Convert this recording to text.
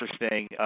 interesting